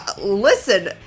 listen